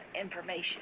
information